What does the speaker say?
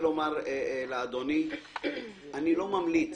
אני תמיד